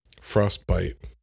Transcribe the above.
frostbite